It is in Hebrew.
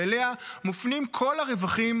שאליה מופנים כל הרווחים